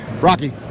rocky